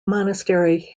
monastery